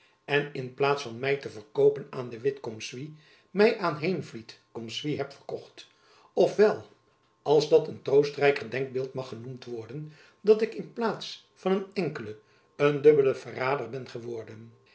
en in plaats van my te verkoopen aan de witt cum suis my aan heenvliet cum suis heb verkocht of wel als dat een jacob van lennep elizabeth musch troostrijker denkbeeld mag genoemd worden dat ik in plaats van een enkelde een dubbelde verrader ben geworden